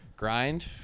grind